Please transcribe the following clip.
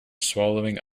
swallowing